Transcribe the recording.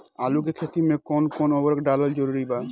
आलू के खेती मे कौन कौन उर्वरक डालल जरूरी बा?